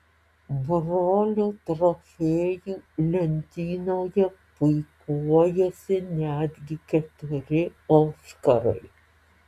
brolių trofėjų lentynoje puikuojasi netgi keturi oskarai